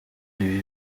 ibi